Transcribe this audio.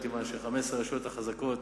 כיוון ש-15 הרשויות החזקות,